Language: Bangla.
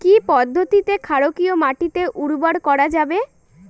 কি পদ্ধতিতে ক্ষারকীয় মাটিকে উর্বর করা যাবে?